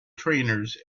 trainers